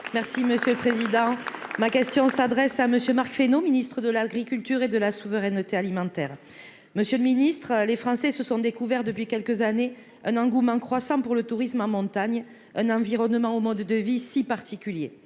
Merci monsieur le président, ma question s'adresse à monsieur Marc Fesneau Ministre de l'Agriculture et de la souveraineté alimentaire, monsieur le Ministre, les Français se sont découverts depuis quelques années un engouement croissant pour le tourisme en montagne un environnement au mode de vie si particulier,